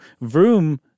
Vroom